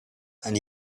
and